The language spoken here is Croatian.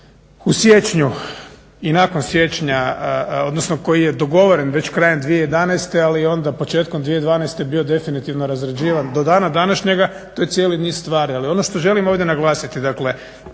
u siječnju i nakon siječnja, odnosno koji je dogovoren već krajem 2011. ali onda početkom 2012. je bio definitivno razrađivan do dana današnjega, to je cijeli niz stvari. Ali ono što želim ovdje naglasiti, dakle